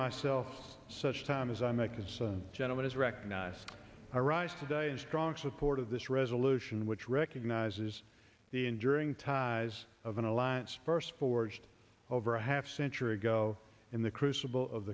myself such time as i make this gentleman is recognized i rise today in strong support of this resolution which recognizes the enduring ties of an alliance first forged over a half century ago in the crucible of